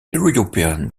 european